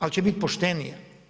Ali, će biti poštenije.